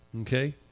Okay